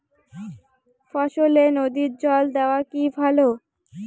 ফসলে নদীর জল দেওয়া কি ভাল?